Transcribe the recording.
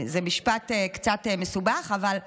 זה משפט קצת מסובך, אבל,